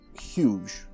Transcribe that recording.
huge